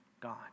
God